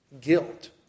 guilt